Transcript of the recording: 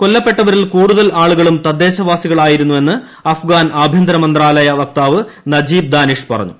കൊല്ലപ്പെട്ടവരിൽ കൂടുതൽ ആളുകളും തദ്ദേശവാസികൾ ആയിരുന്നുവെന്ന് അഫ്ഗാൻ ആഭ്യന്തര മന്ത്രാലയ വക്താവ് നജീബ് ദാനിഷ് പറഞ്ഞു